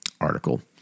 article